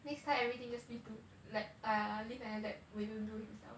next time everything just leave to like err leave and then let wei lun do himself lah